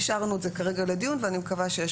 אישרנו את זה כרגע לדיון ואני מקווה שיש